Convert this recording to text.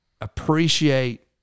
appreciate